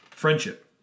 Friendship